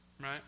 right